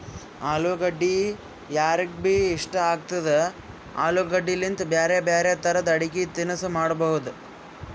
ಅಲುಗಡ್ಡಿ ಯಾರಿಗ್ಬಿ ಇಷ್ಟ ಆಗ್ತದ, ಆಲೂಗಡ್ಡಿಲಿಂತ್ ಬ್ಯಾರೆ ಬ್ಯಾರೆ ತರದ್ ಅಡಗಿ ತಿನಸ್ ಮಾಡಬಹುದ್